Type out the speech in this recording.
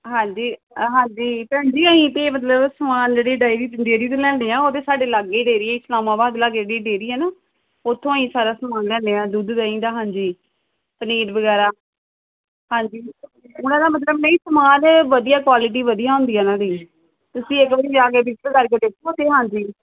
ਹਾਂਜੀ ਹਾਂਜੀ ਭੈਣ ਜੀ ਅਸੀਂ ਤਾਂ ਮਤਲਬ ਸਮਾਨ ਜਿਹੜੀ ਡੇਅਰੀ ਦਿੰਦੀ ਜਿਸ ਤੋਂ ਲੈਂਦੇ ਆ ਉਹ ਤਾਂ ਸਾਡੇ ਲਾਗੇ ਡੇਅਰੀ ਸਲਾਮਾਵਾਦ ਲਾਗੇ ਦੀ ਡੇਅਰੀ ਹੈ ਨਾ ਉੱਥੋਂ ਅਸੀਂ ਸਾਰਾ ਸਮਾਨ ਲੈਂਦੇ ਹਾਂ ਦੁੱਧ ਦਹੀਂ ਦਾ ਹਾਂਜੀ ਪਨੀਰ ਵਗੈਰਾ ਹਾਂਜੀ ਉਨ੍ਹਾਂ ਦਾ ਮਤਲਬ ਨਹੀਂ ਸਮਾਨ ਵਧੀਆ ਕਵਾਲਟੀ ਵਧੀਆ ਹੁੰਦੀ ਹੈ ਉਹਨਾਂ ਦੀ ਤੁਸੀਂ ਇੱਕ ਵਾਰੀ ਜਾ ਕੇ ਵਿਜਿਟ ਕਰਕੇ ਦੇਖੋ ਅਤੇ ਹਾਂਜੀ